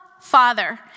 Father